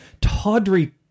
tawdry